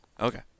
Okay